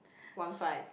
one five